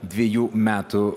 dviejų metų